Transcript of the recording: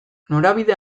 norabide